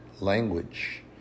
language